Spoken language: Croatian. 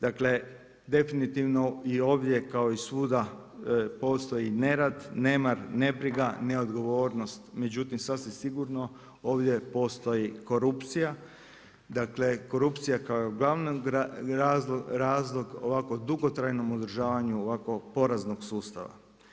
Dakle definitivno i ovdje kao i svuda postoji nerad, nemar, nebriga, neodgovornost, međutim sasvim sigurno ovdje postoji korupcija, dakle korupcija koji je glavni razlog ovako dugotrajnom održavanju ovako poraznog sustava.